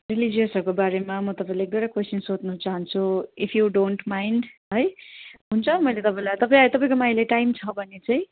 रिलिजियसहरूको बारेमा म तपाईँलाई एक दुईवटा कोइसन सोध्नु चाहन्छु इफ यू डोन्ट माइन्ड है हुन्छ मैले तपाईँलाई तपाईँ तपाईँकोमा अहिले टाइम छ भने चाहिँ